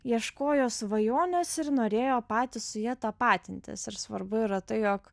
ieškojo svajonės ir norėjo patys su ja tapatintis ir svarbu yra tai jog